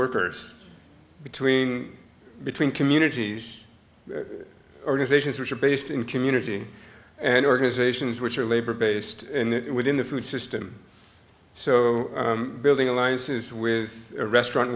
workers between between communities organizations which are based in community and organizations which are labor based within the food system so building alliances with restaurant